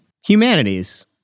Humanities